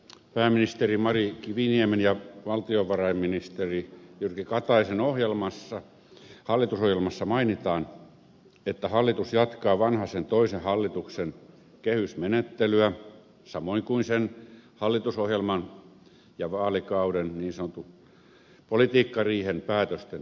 pääministeri mari kiviniemen ja valtiovarainministeri jyrki kataisen hallitusohjelmassa mainitaan että hallitus jatkaa vanhasen toisen hallituksen kehysmenettelyä samoin kuin sen hallitusohjelman ja vaalikauden niin sanotun politiikkariihen päätösten toteuttamista